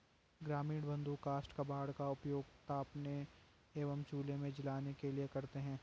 ग्रामीण बंधु काष्ठ कबाड़ का उपयोग तापने एवं चूल्हे में जलाने के लिए करते हैं